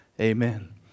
Amen